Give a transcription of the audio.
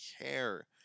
care